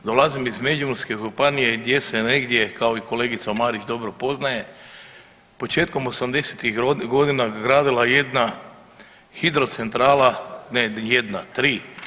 Dolazim iz Međimurske županije gdje se negdje kao i kolegica Marić dobro poznaje početkom osamdesetih godina gradila jedna hidro centrala, ne jedna, tri.